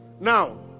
Now